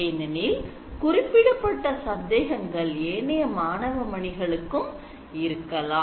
ஏனெனில் குறிப்பிடப்பட்ட சந்தேகங்கள் ஏனைய மாணவமணிகளுக்கும் இருக்கலாம்